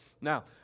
Now